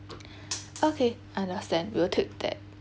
okay understand we'll take that